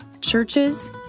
churches